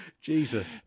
Jesus